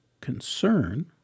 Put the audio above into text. concern